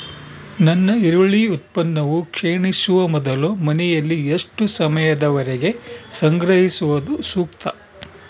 ನನ್ನ ಈರುಳ್ಳಿ ಉತ್ಪನ್ನವು ಕ್ಷೇಣಿಸುವ ಮೊದಲು ಮನೆಯಲ್ಲಿ ಎಷ್ಟು ಸಮಯದವರೆಗೆ ಸಂಗ್ರಹಿಸುವುದು ಸೂಕ್ತ?